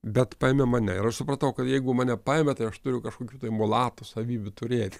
bet paėmė mane ir aš supratau kad jeigu mane paėmė tai aš turiu kažkokių mulatų savybių turėti